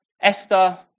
Esther